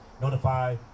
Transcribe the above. notify